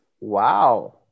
Wow